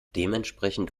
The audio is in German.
dementsprechend